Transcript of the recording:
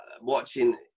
watching